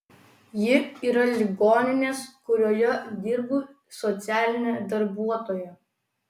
ji yra ligoninės kurioje dirbu socialinė darbuotoja